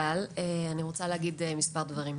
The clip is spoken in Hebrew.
אבל אני רוצה להגיד מספר דברים.